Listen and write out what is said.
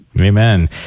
Amen